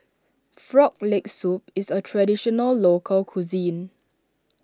Frog Leg Soup is a Traditional Local Cuisine